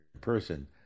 person